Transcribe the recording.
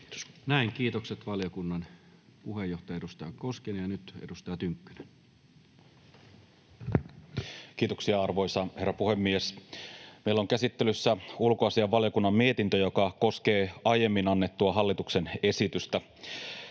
tietoturvallisuussopimuksen irtisanomiseksi Time: 13:08 Content: Kiitoksia, arvoisa herra puhemies! Meillä on käsittelyssä ulkoasiainvaliokunnan mietintö, joka koskee aiemmin annettua hallituksen esitystä.